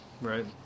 Right